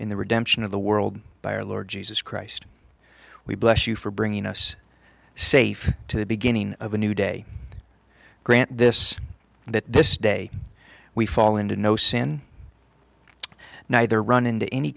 in the redemption of the world by our lord jesus christ we bless you for bringing us safe to the beginning of a new day grant this that this day we fall into no sin neither run into any